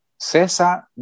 Cesa